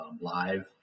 live